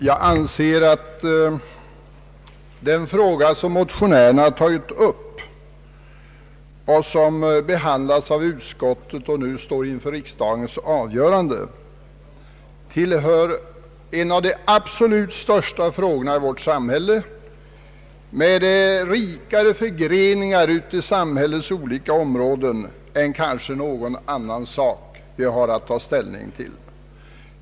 Jag anser att den fråga som motionärerna tagit upp och som behandlats av utskottet och nu står inför riksdagens avgörande är en av de absolut största frågorna i vårt samhälle med rikare förgreningar ut i samhällets olika områden än kanske någonting annat vi har att ta ställning till.